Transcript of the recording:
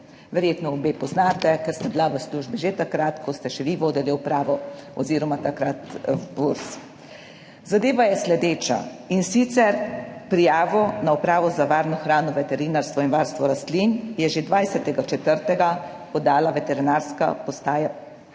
Verjetno obe poznate, ker sta bila v službi že takrat, ko ste še vi vodili upravo oziroma takrat Furs(?). Zadeva je sledeča, in sicer prijavo na Upravo za varno hrano, veterinarstvo in varstvo rastlin je že 20. 4. podala Veterinarska postaja